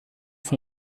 von